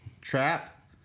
trap